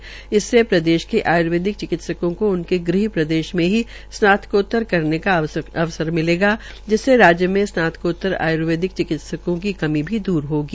उन्होंने कहा कि इससे प्रदेश के आयूर्वेदिक चिकित्सों को उनके गृह प्रदेश में ही स्नातकोतर करने का अवसर मिलेगा जिससे राज्य में स्नातकोतर आय्र्वेदिक चिकित्सकों की कमी भी द्र होगी